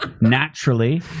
naturally